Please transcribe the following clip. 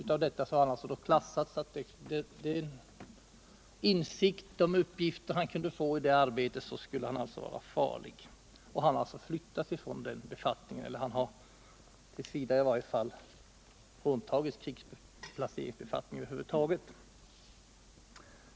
Man har alltså bedömt att han genom de insikter han skulle kunna få i detta arbete skulle vara farlig, och han har åtminstone t. v. fråntagits krigsplaceringsbefattningen över huvud taget.